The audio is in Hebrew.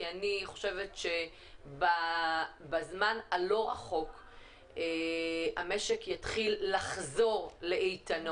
אני חושבת שבזמן הלא רחוק המשק יתחיל לחזור לאיתנו